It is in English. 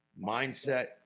mindset